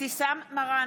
אבתיסאם מראענה,